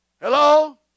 Hello